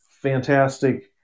fantastic